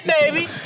baby